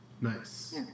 Nice